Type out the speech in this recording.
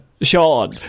Sean